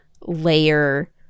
layer